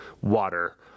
water